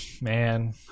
Man